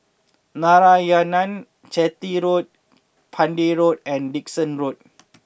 Narayanan Chetty Road Pender Road and Dickson Road